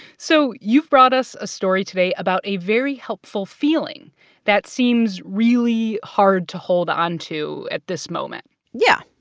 so you've brought us a story today about a very helpful feeling that seems really hard to hold onto at this moment yeah.